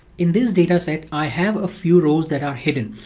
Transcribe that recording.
in this data set i have a few rows that are hidden.